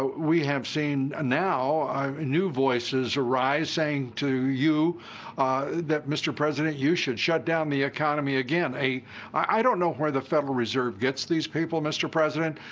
we have seen now new voices arise saying to you that, mr. president, you should shut down the economy again. a i don't know where the federal reserve gets these people, mr. president,